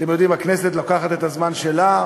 אתם יודעים, הכנסת לוקחת את הזמן שלה.